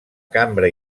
cambra